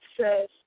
says